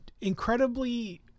incredibly